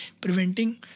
preventing